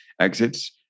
exits